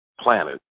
planet